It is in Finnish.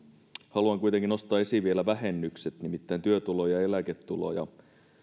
haluan kuitenkin nostaa esiin vielä vähennykset nimittäin työtulo ja eläketulo ja